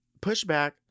pushback